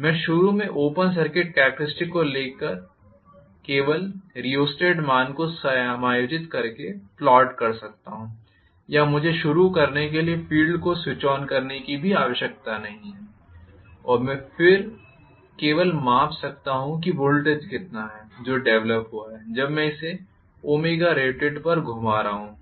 मैं शुरू में ओपन सर्किट कॅरेक्टरिस्टिक्स को केवल रिओस्टेट मान को समायोजित करके प्लॉट कर सकता हूं या मुझे शुरू करने के लिए फ़ील्ड को स्विच ऑन करने की भी आवश्यकता नहीं है और फिर मैं केवल माप सकता हूं कि वोल्टेज कितना है जो डेवलप हुआ है जब मैं इसे rated पर घुमा रहा हूं